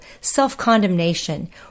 self-condemnation